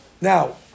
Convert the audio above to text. Now